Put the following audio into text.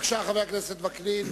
בבקשה, חבר הכנסת וקנין.